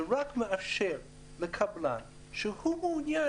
זה רק מאפשר לקבלן שמעוניין,